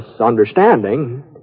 understanding